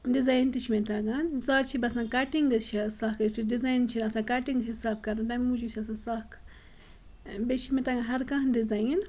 design تہِ چھِ مےٚ تَگان زیادٕ چھِ باسان کَٹِنٛگٕز چھِ سَکھ یُتھُے ڈِزایِن چھِ آسان کَٹِنٛگ حِساب کَرُن تَمہِ موٗجوٗب چھِ آسان سَکھ بیٚیہِ چھِ مےٚ تَگان ہَر کانٛہہ ڈِزایِن